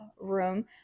room